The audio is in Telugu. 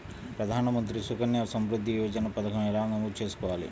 ప్రధాన మంత్రి సుకన్య సంవృద్ధి యోజన పథకం ఎలా నమోదు చేసుకోవాలీ?